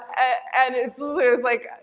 and like,